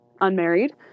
unmarried